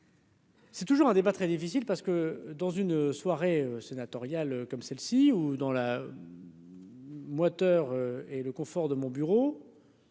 C'est toujours un débat très difficile parce que dans une soirée sénatoriales comme celle-ci où dans la. Moteur et le confort de mon bureau